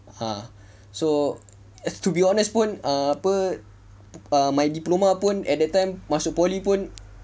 ah so as to be honest pun apa my diploma pun anytime time masuk poly pun